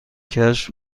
کشف